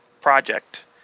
project